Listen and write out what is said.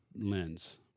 lens